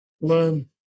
learn